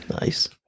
Nice